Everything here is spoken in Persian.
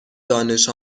دانش